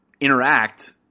interact